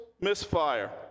misfire